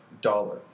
dollar